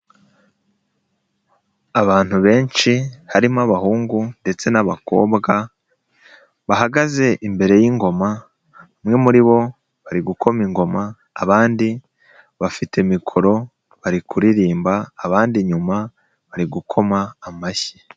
Abantu benshi harimo abahungu ndetse n'abakobwa, bahagaze imbere y'ingoma bamwe muri bo bari gukoma ingoma abandi bafite mikoro bari kuririmba abandi inyuma bari gukoma amashyi.